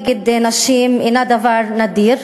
נגד נשים אינה דבר נדיר.